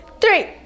Three